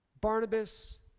Barnabas